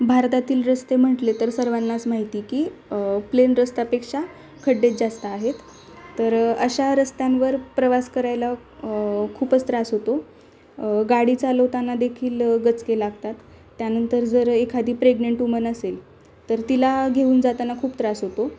भारतातील रस्ते म्हटले तर सर्वांनाच माहिती की प्लेन रस्त्यापेक्षा खड्डेच जास्त आहेत तर अशा रस्त्यांवर प्रवास करायला खूपच त्रास होतो गाडी चालवताना देखील दचके लागतात त्यानंतर जर एखादी प्रेग्नेंट वुमन असेल तर तिला घेऊन जाताना खूप त्रास होतो